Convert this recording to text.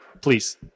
Please